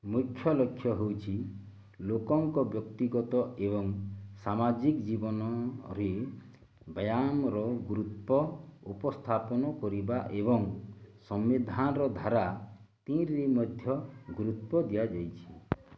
ମୁଖ୍ୟ ଲକ୍ଷ୍ୟ ହେଉଛି ଲୋକଙ୍କ ବ୍ୟକ୍ତିଗତ ଏବଂ ସାମାଜିକ ଜୀବନରେ ବ୍ୟାୟାମର ଗୁରୁତ୍ୱ ଉପସ୍ଥାପନ କରିବା ଏବଂ ସମ୍ବିଧାନର ଧାରା ତିନିରେ ମଧ୍ୟ ଗୁରୁତ୍ୱ ଦିଆଯାଇଛି